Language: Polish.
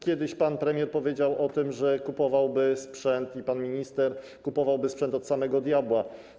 Kiedyś pan premier powiedział o tym, że kupowałby sprzęt i pan minister kupowałby sprzęt od samego diabła.